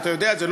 אתה יודע את זה,